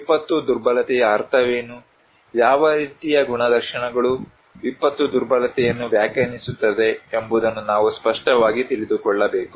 ವಿಪತ್ತು ದುರ್ಬಲತೆಯ ಅರ್ಥವೇನು ಯಾವ ರೀತಿಯ ಗುಣಲಕ್ಷಣಗಳು ವಿಪತ್ತು ದುರ್ಬಲತೆಯನ್ನು ವ್ಯಾಖ್ಯಾನಿಸುತ್ತವೆ ಎಂಬುದನ್ನು ನಾವು ಸ್ಪಷ್ಟವಾಗಿ ತಿಳಿದುಕೊಳ್ಳಬೇಕು